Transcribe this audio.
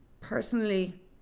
personally